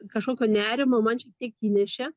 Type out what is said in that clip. kažkokio nerimo man šiek tiek įnešė